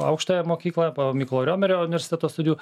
aukštąją mokyklą po mykolo riomerio universiteto studijų